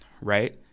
Right